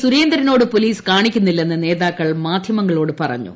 സുരേന്ദ്രനോട് police കാണിക്കുന്നില്ലെന്ന് നേതാക്കൾ മാധ്യമങ്ങളോട് പറഞ്ഞു